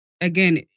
again